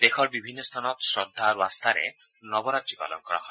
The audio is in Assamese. দেশৰ বিভিন্ন স্থানত শ্ৰদ্ধা আৰু আস্থাৰে নৱৰাত্ৰি পালন কৰা হয়